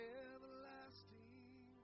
everlasting